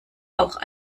auch